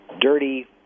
dirty